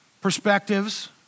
perspectives